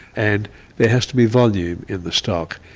and there has to be volume in the stock.